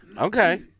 Okay